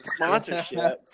sponsorships